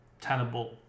tenable